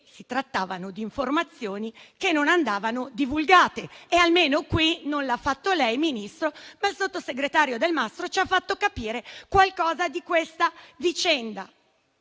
si trattava di informazioni che non andavano divulgate. E almeno qui non l'ha fatto lei, Ministro, ma il sottosegretario Delmastro Delle Vedove ci ha fatto capire qualcosa di questa vicenda.